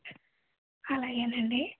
అలాగేనండి